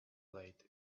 late